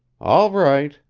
all right,